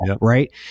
right